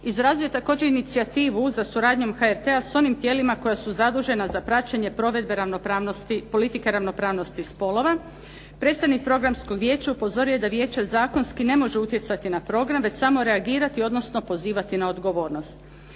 Izrazio je također inicijativu za suradnjom HRT-a s onim tijelima koja su zadužena za praćenje provedbe politike ravnopravnosti spolova. Predstavnik Programskog vijeća upozorio je da vijeće zakonski ne može utjecati na program već samo reagirati odnosno pozivati na odgovornost.